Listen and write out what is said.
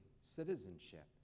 citizenship